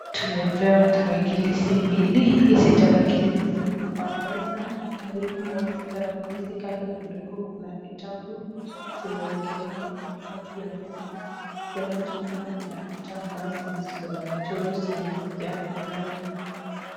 Tumepewa tarakilishi mbili, hizi tarakilishi ziko kwa meza, karibu na hizi tarakilishi kando kidogo kuna vitabu zimewekelewa kati ya meza, tena tunaona kuna vitambaa zenye ziko na mchoro zenye hazijafanana.